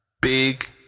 Big